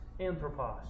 anthropos